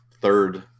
third